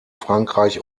frankreich